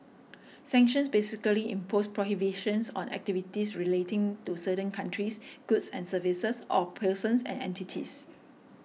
sanctions basically impose prohibitions on activities relating to certain countries goods and services or persons and entities